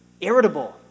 irritable